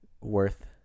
worth